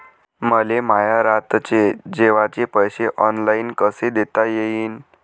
मले माया रातचे जेवाचे पैसे ऑनलाईन कसे देता येईन?